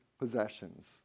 possessions